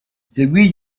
seguì